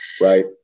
right